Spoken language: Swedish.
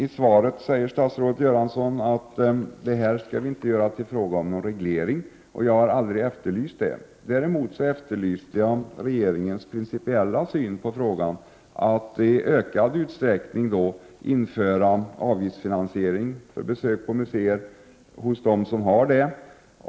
I svaret säger statsrådet Göransson att det inte skall bli fråga om någon reglering från statens sida av detta. Men jag har aldrig efterlyst det, utan jag efterlyste regeringens principiella syn på frågan att i ökad grad avgiftsfinansiera museiverksamhet genom besöksavgift, där sådan finns.